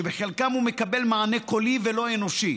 שבחלקם הוא מקבל מענה קולי ולא אנושי.